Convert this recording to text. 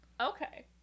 Okay